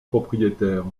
propriétaires